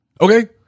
Okay